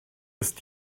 ist